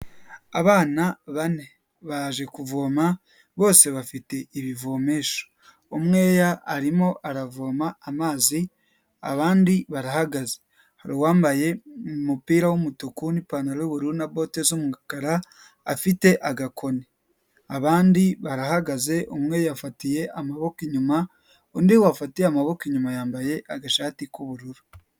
Abana bane baje kuvoma bose bafite ibivomesho, umweya arimo aravoma amazi abandi barahagaze, hari uwambaye umupira w'umutuku n'ipantaro y'ubururu na bote z'umukara afite agakoni, abandi barahagaze umwe yafatiye amaboko inyuma undi wafatiye amaboko inyuma yambaye agashati k'ubururu.